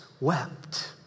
wept